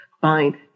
fine